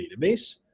database